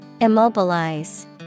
Immobilize